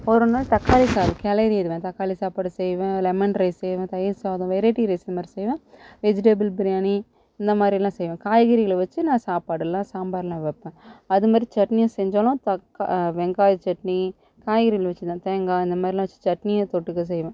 ஒருநாள் தக்காளி சாதம் கிளரிருவேன் தக்காளி சாப்பாடு செய்வேன் லெமன் ரைஸ் செய்வேன் தயிர் சாதம் வெரைட்டி ரைஸ் மாதிரி செய்வேன் வெஜிடபுள் பிரியாணி இந்த மாதிரியெல்லாம் செய்வேன் காய்கறிகளை வைச்சி நான் சாப்பாடுயெல்லாம் சாம்பாருலாம் வைப்பேன் அது மாதிரி சட்னியும் செஞ்சாலும் தக்காளி வெங்காய சட்னி காய்கறிகளை வைச்சி தான் தேங்காய் அந்தமாதிரிலாம் வைச்சி சட்னி தொட்டுக்க செய்வேன்